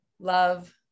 love